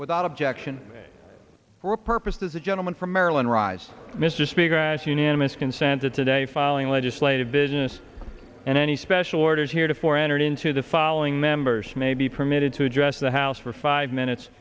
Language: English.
without objection for a purpose the gentleman from maryland rise mr speaker as unanimous consent to today filing legislative business and any special orders here to for entered into the following members may be permitted to address the house for five minutes